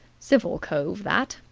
civil cove, that,